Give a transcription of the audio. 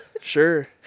sure